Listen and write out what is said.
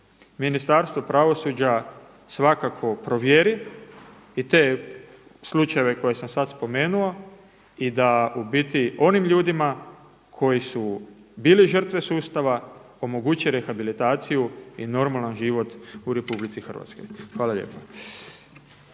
Ministarstvo pravosuđa svakako provjeri i te slučajeve koje sam sada spomenuo i da u biti onim ljudima koji su bili žrtve sustava omoguće rehabilitaciju i normalan život u RH. Hvala lijepa.